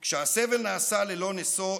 / כשהסבל נעשה ללא נשוא,